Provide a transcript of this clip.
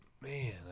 Man